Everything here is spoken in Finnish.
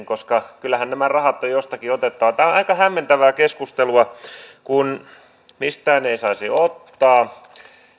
koska kyllähän nämä rahat on jostakin otettava tämä on aika hämmentävää keskustelua kun mistään ei saisi ottaa